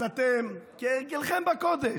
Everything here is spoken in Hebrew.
אז אתם, כהרגלכם בקודש,